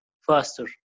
faster